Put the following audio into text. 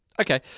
Okay